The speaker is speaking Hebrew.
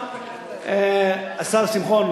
השר שמחון,